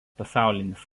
pasaulinis